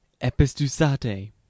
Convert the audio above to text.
epistusate